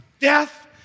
death